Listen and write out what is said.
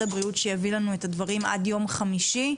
הבריאות שיביא לנו את הדברים עד ליום חמישי,